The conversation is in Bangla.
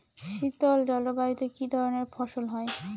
শীতল জলবায়ুতে কি ধরনের ফসল হয়?